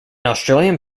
australian